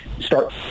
start